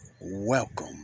welcome